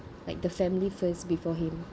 like the family first before him